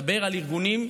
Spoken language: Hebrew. מדבר על ארגונים,